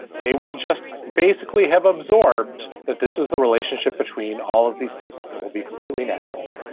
they will just basically have absorbed that this is the relationship between all of these people and it will be completely natural.